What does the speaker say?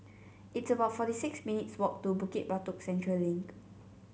it's about forty six minutes' walk to Bukit Batok Central Link